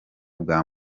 bwa